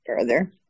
further